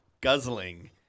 guzzling